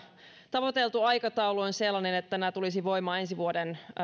tavoiteltu aikataulu on sellainen että nämä tulisivat voimaan ensi vuoden